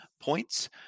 points